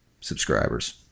subscribers